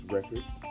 Records